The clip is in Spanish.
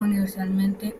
universalmente